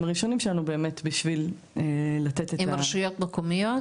הראשונים שלנו בשביל לתת --- עם רשויות מקומיות?